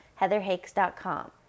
heatherhakes.com